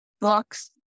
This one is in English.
books